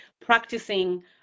practicing